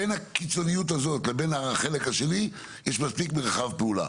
בין הקיצוניות הזו לבין החלק השני יש מספיק מרחב פעולה.